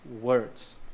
words